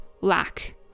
lack